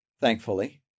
thankfully